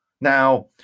Now